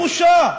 זאת בושה.